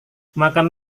makan